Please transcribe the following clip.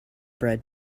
bread